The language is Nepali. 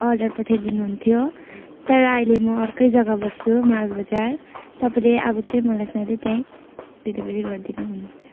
अर्डर पठाइदिनु हुन्थ्यो तर अहिले म अर्कै जगा बस्छु माल बजार तपाईँले अब मलाई चाहिँ सधैँ त्यहीँ डेलिभरी गरिदिनु हुन्छ